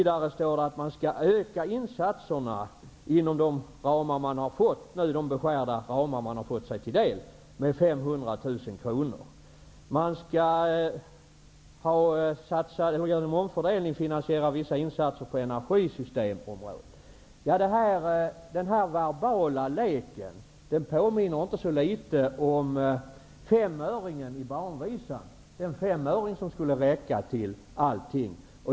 Det står vidare att FRN skall öka insatserna inom de beskärda ramar som man har fått sig till del med 500 000 kr och att nämnden genom omfördelning skall finansiera vissa insatser inom energisystemområdet. Den här verbala leken påminner inte så litet om femöringen i barnvisan; den femöringen skulle räcka till allting.